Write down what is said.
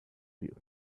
you